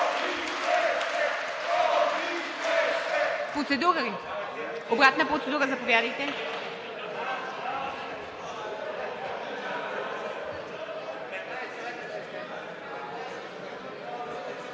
Обратна процедура, заповядайте.